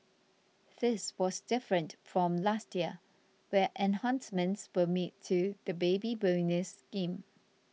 this was different from last year where enhancements were made to the Baby Bonus scheme